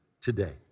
today